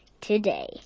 today